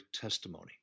testimony